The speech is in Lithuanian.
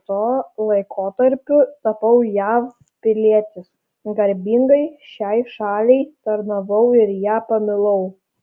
tuo laikotarpiu tapau jav pilietis garbingai šiai šaliai tarnavau ir ją pamilau